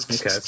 Okay